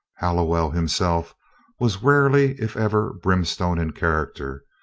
hallowell himself was rarely if ever brimstone in character,